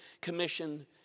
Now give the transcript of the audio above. Commission